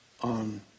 on